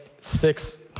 six